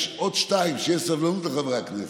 יש עוד שניים, שתהיה סבלנות לחברי הכנסת.